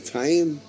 time